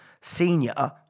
Senior